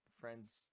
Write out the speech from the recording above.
friends